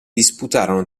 disputarono